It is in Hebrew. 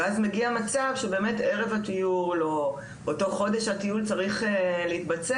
ואז מגיע מצב שבאמת ערב הטיול או אותו חודש שהטיול צריך להתבצע,